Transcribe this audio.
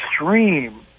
extreme